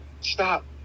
stop